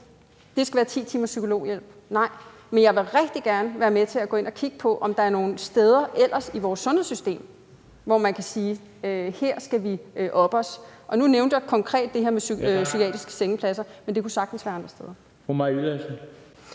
det skal være 10 timers psykologhjælp: Nej. Men jeg vil rigtig gerne være med til at gå ind og kigge på, om der ellers er nogle steder i vores sundhedssystem, hvor man kan sige: Her skal vi oppe os. Og nu nævnte jeg konkret det her med psykiatriske sengepladser, men det kunne sagtens være andre steder. Kl. 10:57 Den fg.